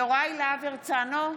יוראי להב הרצנו,